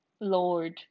Lord